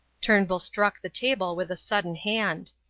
turnbull struck the table with a sudden hand.